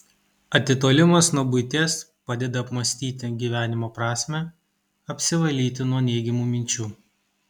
atitolimas nuo buities padeda apmąstyti gyvenimo prasmę apsivalyti nuo neigiamų minčių